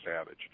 savage